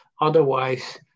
otherwise